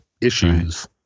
issues